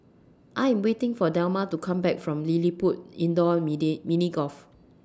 I Am waiting For Delma to Come Back from LilliPutt Indoor Mini Golf